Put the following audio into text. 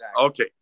Okay